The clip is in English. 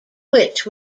which